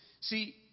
See